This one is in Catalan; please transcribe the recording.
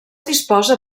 disposa